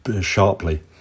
sharply